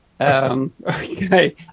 Okay